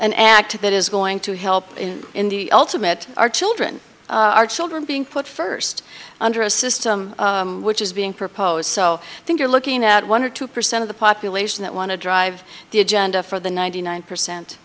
an act that is going to help in the ultimate our children our children being put first under a system which is being proposed so i think you're looking at one or two percent of the population that want to drive the agenda for the ninety nine percent